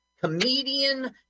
comedian